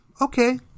Okay